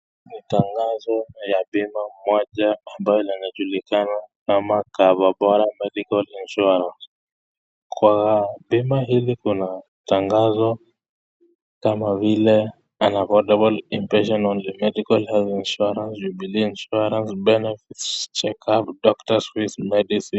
Ni tangazo ya bima moja ambalo linajulikana kama CoverBora Medical Insurance ,kwa bima hili kuna tangazo kama vile affordable medical health insurance, jubilee insurance, checkuo, doctor's fee, medicine .